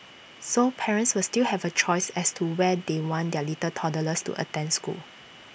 so parents will still have A choice as to where they want their little toddlers to attend school